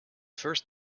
first